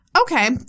Okay